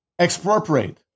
expropriate